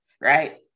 right